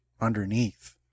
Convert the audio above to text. underneath